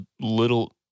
little